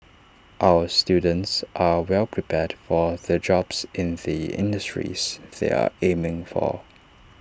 our students are well prepared for the jobs in the industries they are aiming for